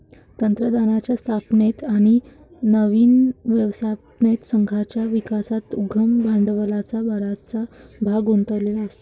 तंत्रज्ञानाच्या स्थापनेत आणि नवीन व्यवस्थापन संघाच्या विकासात उद्यम भांडवलाचा बराचसा भाग गुंतलेला असतो